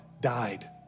died